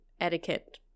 etiquette